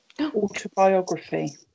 autobiography